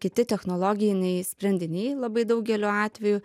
kiti technologiniai sprendiniai labai daugeliu atveju